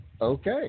Okay